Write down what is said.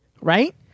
right